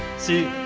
see,